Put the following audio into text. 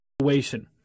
situation